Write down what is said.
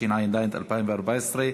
התשע"ד 2014,